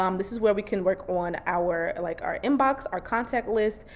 um this is where we can work on our, like our inbox, our contact list,